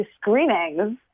screenings